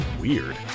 weird